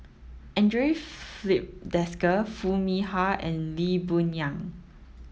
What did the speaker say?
Andre Filipe Desker Foo Mee Har and Lee Boon Yang